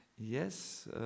yes